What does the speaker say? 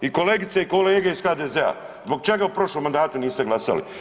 I kolegice i kolege iz HDZ-a, zbog čega u prošlom mandatu niste glasali?